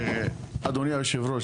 אדוני יושב הראש,